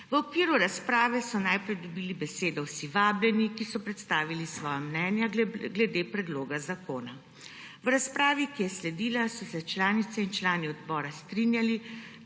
V okviru razprave so najprej dobili besedo vsi vabljeni, ki so predstavili svoja mnenja glede predloga zakona. V razpravi, ki je sledila, so se članice in člani odbora strinjali,